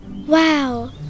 Wow